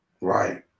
Right